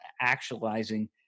actualizing